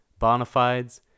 bonafides